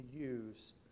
use